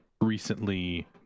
recently